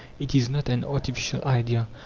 it is not an artificial idea.